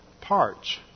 parts